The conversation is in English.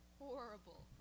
horrible